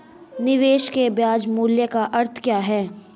निवेश के ब्याज मूल्य का अर्थ क्या है?